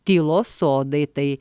tylos sodai tai